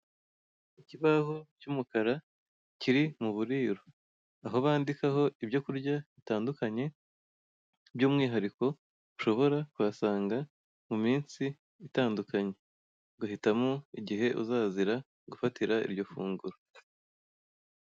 Icyapa cy'umukara kiri mu buriro aho bandikaho ibyo kurya bitandukanye by'umwihariko ushobora kahasanga mu minsi itandukanye ugahitamo igihe uzazira gufarira iryo funguro.